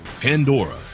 Pandora